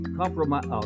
compromise